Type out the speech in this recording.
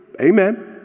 amen